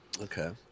Okay